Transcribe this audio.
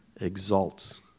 exalts